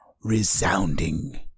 resounding